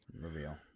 reveal